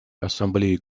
ассамблеи